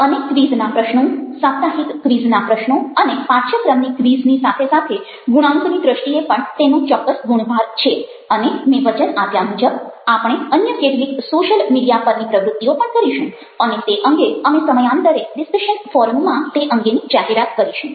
અને ક્વિઝના પ્રશ્નો સાપ્તાહિક ક્વિઝ ના પ્રશ્નો અને પાઠ્યક્રમની ક્વિઝ ની સાથે સાથે ગુણાંકની દૃષ્ટિએ પણ તેનો ચોક્કસ ગુણભાર છે અને મેં વચન આપ્યા મુજબ આપણે અન્ય કેટલીક સોશિયલ મીડિયા પરની પ્રવૃતિઓ પણ કરીશું અને તે અંગે અમે સમયાંતરે ડિસ્કશન ફોરમ માં તે અંગેની જાહેરાત કરીશું